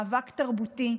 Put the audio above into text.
מאבק תרבותי,